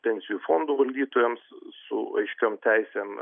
pensijų fondų valdytojams su aiškiom teisėm